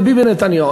בביבי נתניהו.